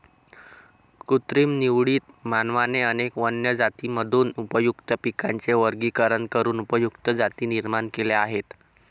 कृत्रिम निवडीत, मानवाने अनेक वन्य जातींमधून उपयुक्त पिकांचे वर्गीकरण करून उपयुक्त जाती निर्माण केल्या आहेत